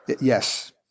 Yes